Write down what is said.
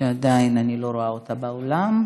שאני עדיין לא רואה אותה באולם.